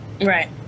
Right